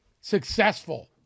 successful